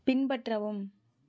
பின்பற்றவும்